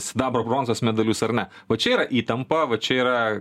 sidabro bronzos medalius ar ne va čia yra įtampa va čia yra